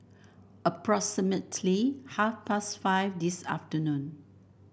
approximately half past five this afternoon